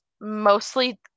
mostly